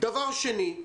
דבר שני,